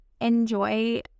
enjoy